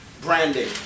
branding